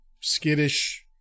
skittish